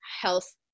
health